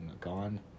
gone